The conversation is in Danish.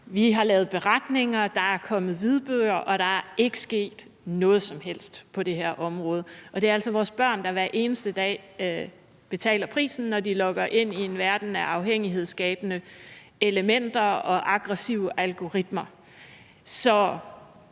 vi har lavet beretninger, der er kommet hvidbøger, og der er ikke sket noget som helst på det her område. Det er altså vores børn, der hver eneste dag betaler prisen, når de logger ind i en verden af afhængighedsskabende elementer og aggressive algoritmer. Når